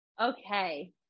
okay